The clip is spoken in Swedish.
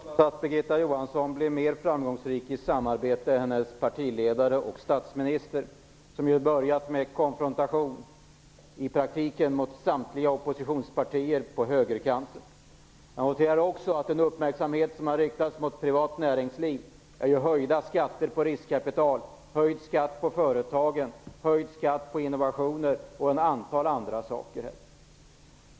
Herr talman! Låt oss hoppas att Birgitta Johansson blir mer framgångsrik i sitt samarbete än hennes partiledare och statsminister, som ju har börjat med konfrontation, i praktiken riktat mot samtliga oppositionspartier på högerkanten. Jag noterar också att den uppmärksamhet som har riktats mot privat näringsliv har handlat om höjda skatter på riskkapital, höjd skatt för företagen, höjd skatt på innovationer och ett antal andra saker.